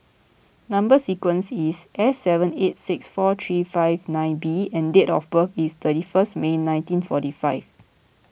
Number Sequence is S seven eight six four three five nine B and date of birth is thirty first May nineteen forty five